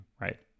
right